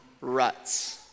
ruts